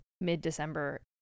mid-December